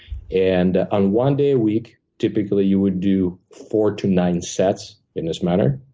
and on one day a week, typically, you would do four to nine sets in this manner,